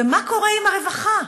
ומה קורה עם הרווחה?